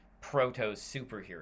proto-superhero